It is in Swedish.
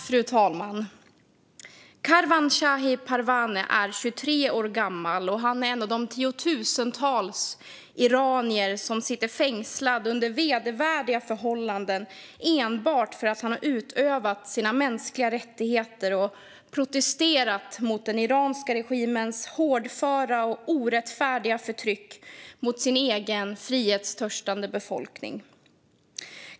Fru talman! Karwan Shahi Parvaneh är 23 år gammal. Han är en av de tiotusentals iranier som nu sitter fängslade under vedervärdiga förhållanden enbart för att han har utövat sina mänskliga rättigheter och protesterat mot den iranska regimens hårdföra och orättfärdiga förtryck mot sin egen frihetstörstande befolkning.